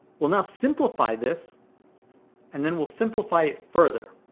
we'll now simplify this and then we'll simplify it further.